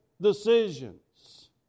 decisions